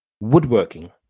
woodworking